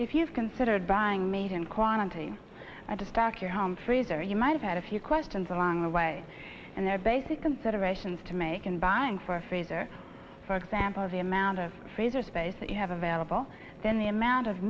if you've considered buying made in quantity i just pack your home freezer you might have had a few questions along the way and their basic considerations to make in buying for freezer for example the amount of freezer space that you have available then the amount of